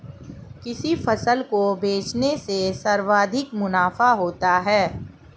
किस फसल को बेचने से सर्वाधिक मुनाफा होता है?